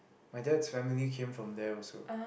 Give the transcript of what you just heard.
my dad's family came from there also